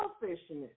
selfishness